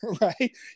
right